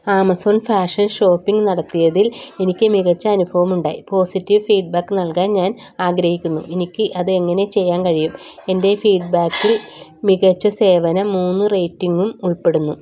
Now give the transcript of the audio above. Amazon fashion shopping നടത്തിയതിൽ എനിക്കു മികച്ച അനുഭവമുണ്ടായി പോസിറ്റീവ് ഫീഡ്ബാക്ക് നൽകാൻ ഞാൻ ആഗ്രഹിക്കുന്നു എനിക്ക് അത് എങ്ങനെ ചെയ്യാൻ കഴിയും എൻ്റെ ഫീഡ്ബാക്കിൽ മികച്ച സേവനം മൂന്ന് റേറ്റിംഗും ഉൾപ്പെടുന്നു